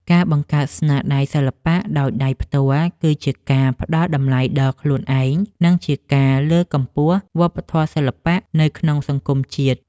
ការបង្កើតស្នាដៃសិល្បៈដោយដៃផ្ទាល់គឺជាការផ្ដល់តម្លៃដល់ខ្លួនឯង និង ជាការលើកកម្ពស់វប្បធម៌សិល្បៈនៅក្នុងសង្គមជាតិ។